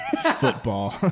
Football